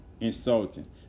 insulting